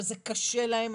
אבל זה קשה להם.